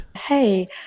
Hey